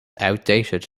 outdated